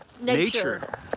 nature